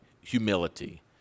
humility